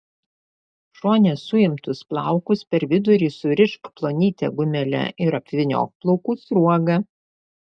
šone suimtus plaukus per vidurį surišk plonyte gumele ir apvyniok plaukų sruoga